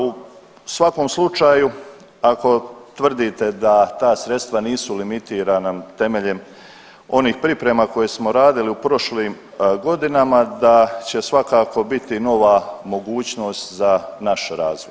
U svakom slučaju ako tvrdite da ta sredstva nisu limitirana temeljem onih priprema koje smo radili u prošlim godinama, da će svakako biti nova mogućnost za naš razvoj.